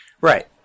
Right